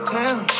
town